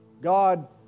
God